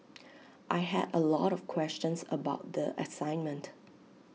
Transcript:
I had A lot of questions about the assignment